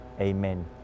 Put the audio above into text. Amen